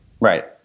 Right